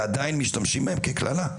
ועדיין משתמשים בהם כקללה,